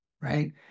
right